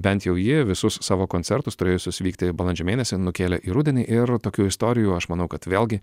bent jau ji visus savo koncertus turėjusius vykti balandžio mėnesį nukėlė į rudenį ir tokių istorijų aš manau kad vėlgi